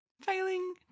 failing